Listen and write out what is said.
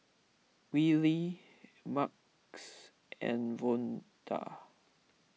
Wylie Marquez and Vonda